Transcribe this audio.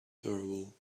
durable